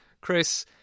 Chris